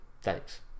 Thanks